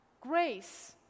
Grace